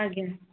ଆଜ୍ଞା